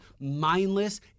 mindless